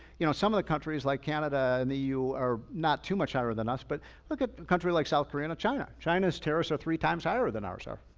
you know some of the countries like canada and the eu are not too much higher than us. but look at a country like south korea and china. china is terrorists are three times higher than ours are.